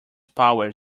power